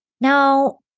Now